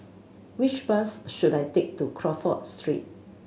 which bus should I take to Crawford Street